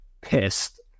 pissed